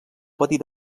petit